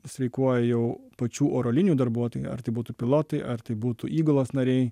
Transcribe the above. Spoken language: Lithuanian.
streikuoja jau pačių oro linijų darbuotojai ar tai būtų pilotai ar tai būtų įgulos nariai